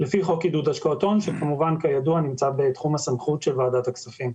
לפי חוק עידוד השקעות הון שכידוע נמצא בתחום הסמכות של ועדת הכפים.